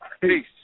Peace